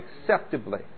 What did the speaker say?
acceptably